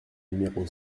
numéro